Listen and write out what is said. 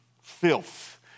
filth